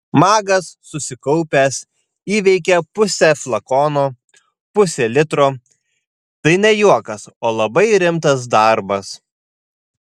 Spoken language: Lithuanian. magas susikaupęs įveikė pusę flakono pusė litro tai ne juokas o labai rimtas darbas